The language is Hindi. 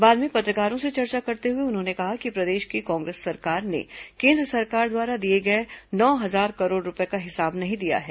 बाद में पत्रकारों से चर्चा करते हुए उन्होंने कहा कि प्रदेश की कांग्रेस सरकार ने केन्द्र सरकार द्वारा दिए गए नौ हजार करोड़ रूपये का हिसाब नहीं दिया है